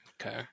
Okay